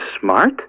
smart